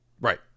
Right